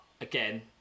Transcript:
again